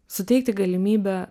suteikti galimybę